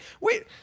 wait